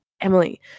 Emily